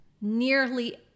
nearly